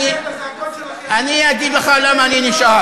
אם אתה כל כך זועק, אני אגיד לך למה אני נשאר.